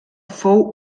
fou